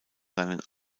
seinen